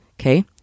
okay